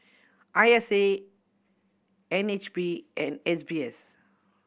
I S A N H B and S B S